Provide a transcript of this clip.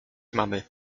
mamy